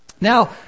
Now